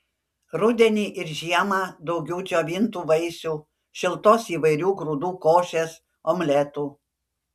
rudenį ir žiemą daugiau džiovintų vaisių šiltos įvairių grūdų košės omletų